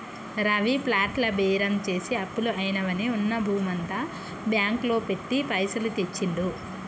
రవి ప్లాట్ల బేరం చేసి అప్పులు అయినవని ఉన్న భూమంతా బ్యాంకు లో పెట్టి పైసలు తెచ్చిండు